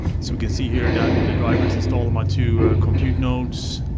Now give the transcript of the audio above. so we can see here that the driver is installed on my two compute nodes.